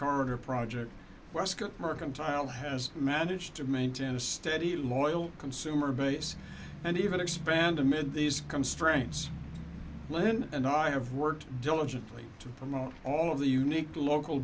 corridor project west mercantile has managed to maintain a steady loyal consumer base and even expand amid these constraints len and i have worked diligently to promote all of the unique local